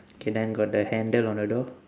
okay then got the handle on the door